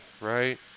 right